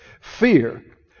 Fear